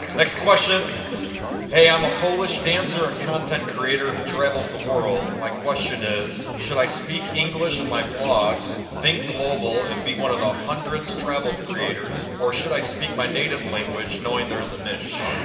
next question hey, i'm a polish dancer and content creator who travels the world my question is should i speak english and my vlogs think global and be one of the hundreds travel creators? or should i speak my native language knowing there's the nish